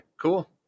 cool